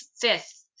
fifth